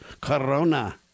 Corona